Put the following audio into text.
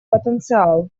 потенциал